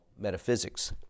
metaphysics